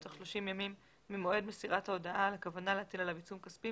בתוך 30 ימים ממועד מסירת ההודעה על הכוונה להטיל עליו עיצום כספי,